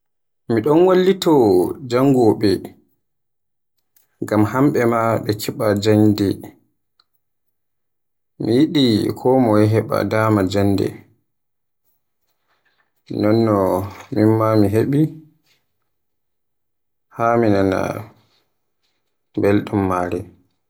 mi ɗon wallita janngowoɓe, ngam hamɓe ma keɓa jaande. min mi yiɗi konmoye heɓa dama jannde nonno min ma mi hwɓi haa mi nana belɗum maare.